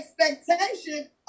expectation